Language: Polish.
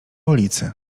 ulicy